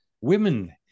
Women